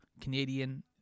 Canadian